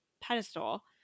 pedestal